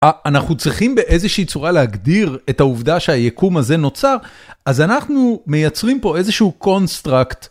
אנחנו צריכים באיזושהי צורה להגדיר את העובדה שהיקום הזה נוצר' אז אנחנו מייצרים פה איזשהו קונסטראקט.